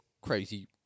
crazy